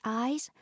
eyes